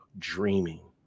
Dreaming